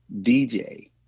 DJ